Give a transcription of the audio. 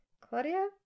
Claudia